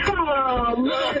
Come